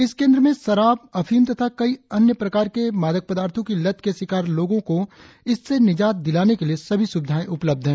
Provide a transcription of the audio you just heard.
इस केंद्र में शराब अफीम तथा अन्य कई तरह के मादक पदार्थों की लत के शिकार लोगों को इससे निजात दिलाने के लिए सभी सुविधाए उपलब्ध है